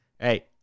Hey